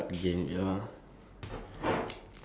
ya I'm done with my cards already